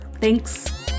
Thanks